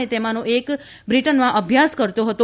અને તેમાનો એકે બ્રિટનમાં અભ્યાસ કર્યો હતો